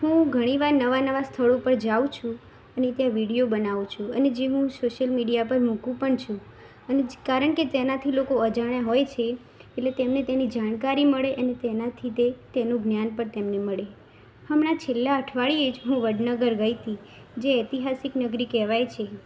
હું ઘણીવાર નવા નવા સ્થળો પર જાઉં છું અને ત્યાં વીડિઓ બનાવું છું અને જે હું સોશિયલ મીડિયા પર મૂકું પણ છું અને જ કારણ કે તેનાથી લોકો અજાણ્યા હોય છે એટલે તેમને તેની જાણકારી મળે અને તેનાથી તે તેનું જ્ઞાન પણ તેમને મળે હમણાં છેલ્લા અઠવાડિયે જ હું વડનગર ગઈ હતી જે ઐતિહાસિક નગરી કહેવાય છે